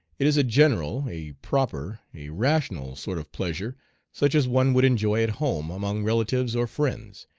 it is a general, a proper, a rational sort of pleasure such as one would enjoy at home among relatives or friends,